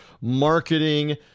marketing